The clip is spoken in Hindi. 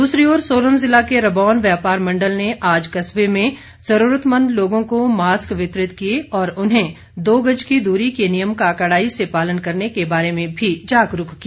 दूसरी ओर सोलन जिला के रबौन व्यापार मण्डल ने आज कस्बे में जरूरतमंद लोगों को मास्क वितरित किए और उन्हें दो गज की दूरी के नियम का कड़ाई से पालन करने के बारे में भी जागरूक किया